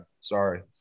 Sorry